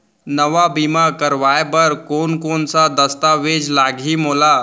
नवा बीमा करवाय बर कोन कोन स दस्तावेज लागही मोला?